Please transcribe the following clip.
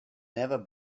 never